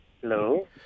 Hello